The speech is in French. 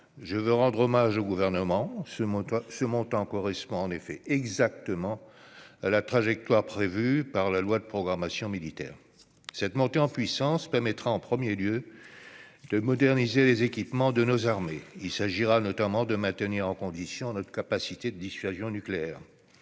Je veux rendre hommage au Gouvernement. Ce montant correspond en effet exactement à la trajectoire prévue par la loi de programmation militaire. Cette montée en puissance permettra en premier lieu de moderniser les équipements de nos armées. Il s'agira notamment de maintenir en condition notre capacité de dissuasion nucléaire.